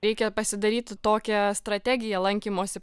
reikia pasidaryti tokią strategiją lankymosi